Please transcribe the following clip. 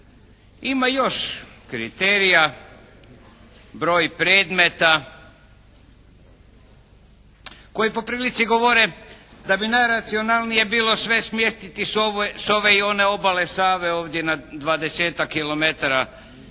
Ima još kriterija, broj predmeta koji po prilici govore da bi najracionalnije bilo sve smjestiti s ove i one obale Save ovdje na 20-tak